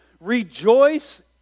Rejoice